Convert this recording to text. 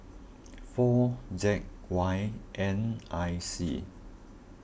four Z Y N I C